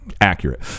accurate